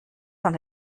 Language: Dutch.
van